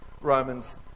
Romans